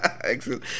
excellent